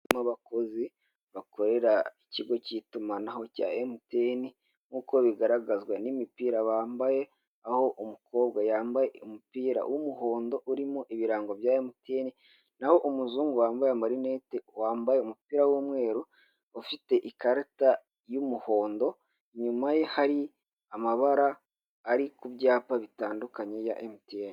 Abakozi bakorera ikigo cy'itumanaho cya MTN nkuko bigaragazwa n'imipira bambaye, aho umukobwa yambaye umupira w'umuhondo urimo ibirango bya MTN, naho umuzungu wambaye marinete wambaye umupira w'umweru, ufite ikarita y'umuhondo inyuma ye hari amabara ari ku byapa bitandukanye ya MTN.